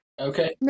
Okay